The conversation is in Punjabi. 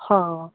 ਹਾਂ